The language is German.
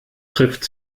trifft